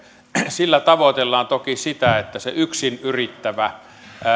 sillä tavoitellaan toki sitä että se yksin yrittävä